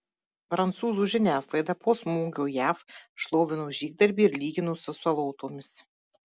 prancūzų žiniasklaida po smūgio jav šlovino žygdarbį ir lygino su salotomis